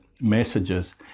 messages